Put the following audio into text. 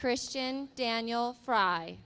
christian daniel fry